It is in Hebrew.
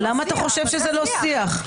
למה אתה חושב שזה לא שיח?